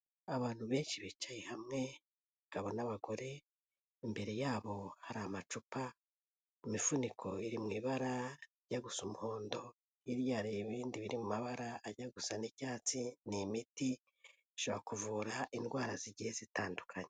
Abantu benshi bicaye hamwe, abagabo n'abagore, imbere yabo hari amacupa imifuniko iri mu ibara rijya gusa umuhondo, hirya hari ibindi biri mu mabara ajya gusa n'icyatsi, ni imiti ishobora kuvura indwara zigiye zitandukanye.